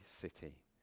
city